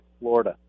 Florida